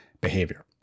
behavior